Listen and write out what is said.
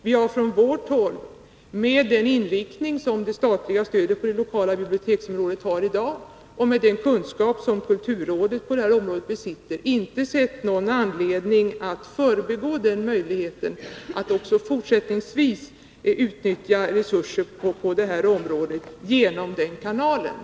Vi har från vårt håll, med den inriktning som det statliga stödet till den lokala biblioteksverksamheten har i dag och med den kunskap som kulturrådet besitter på området, inte sett någon anledning att förbigå möjligheten att också fortsättningsvis kanalisera stödinsatser på detta sätt via kulturrådet.